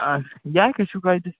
ꯑꯥ ꯌꯥꯏ ꯀꯩꯁꯨ ꯀꯥꯏꯗꯦ